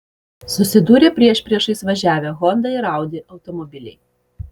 susidūrė priešpriešiais važiavę honda ir audi automobiliai